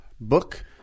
book